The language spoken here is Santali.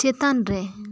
ᱪᱮᱛᱟᱱ ᱨᱮ